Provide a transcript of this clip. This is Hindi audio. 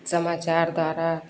समाचार द्वारा